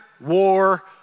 war